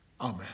Amen